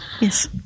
Yes